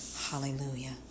Hallelujah